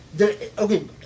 okay